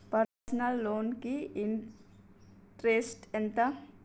Personal loan కి interest ఎంత?